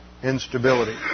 instability